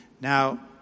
Now